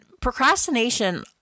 procrastination